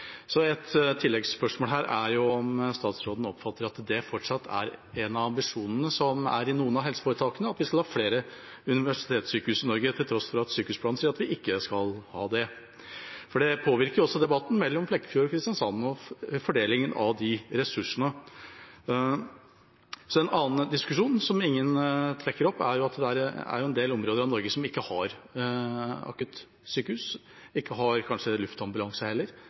Et tilleggsspørsmål her er om statsråden oppfatter at det fortsatt er en av ambisjonene i noen av helseforetakene, at vi skal ha flere universitetssykehus i Norge, til tross for at sykehusplanen sier at vi ikke skal ha det, for det påvirker også debatten mellom Flekkefjord og Kristiansand og fordelingen av de ressursene. En annen diskusjon som ingen trekker fram, er at det er en del områder av Norge som ikke har akuttsykehus, som kanskje ikke har luftambulanse heller,